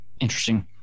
Interesting